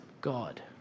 God